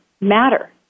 matter